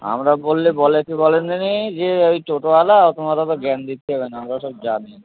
আমরা বললে বলে কী বলেন দিনি যে এই টোটোওয়ালা তোমার অতো জ্ঞান দিতে হবে না আমরা সব জানি